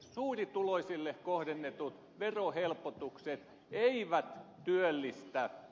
suurituloisille kohdennetut verohelpotukset eivät työllistä